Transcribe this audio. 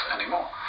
anymore